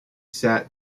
sat